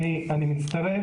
בבקשה.